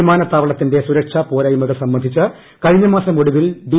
വിമാനത്താവളത്തിന്റെ സുരക്ഷാ പോരായ്മകൾ സംബന്ധിച്ച് കഴിഞ്ഞ മാസം ഒടുവിൽ ഡി